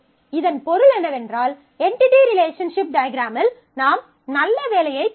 இதன் பொருள் என்னவென்றால் என்டிடி ரிலேஷன்ஷிப் டயக்ரமில் நாம் நல்ல வேலையைச் செய்யவில்லை